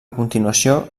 continuació